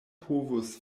povus